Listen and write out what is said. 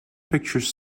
pictures